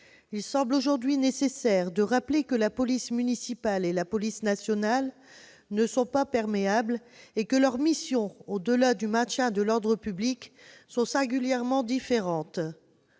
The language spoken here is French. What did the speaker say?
Il semble aujourd'hui nécessaire de rappeler que la police municipale et la police nationale ne sont pas perméables et que leurs missions, au-delà du maintien de l'ordre public, sont singulièrement différentes.